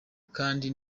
kandi